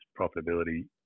profitability